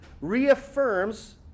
reaffirms